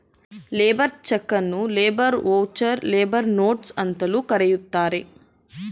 labour ಚಕನ್ನು labour voucher, labour notes ಅಂತಲೂ ಕರೆಯುತ್ತಾರೆ